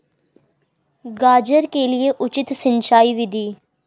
गाजर के लिए उचित सिंचाई विधि?